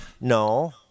No